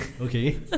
Okay